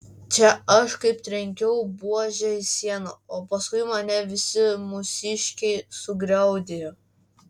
čia aš kaip trenkiau buože į sieną o paskui mane visi mūsiškiai sugriaudėjo